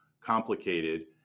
complicated